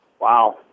Wow